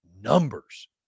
numbers